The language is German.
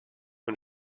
und